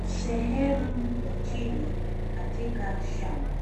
Sehemu ya chini katika shamba